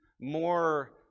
more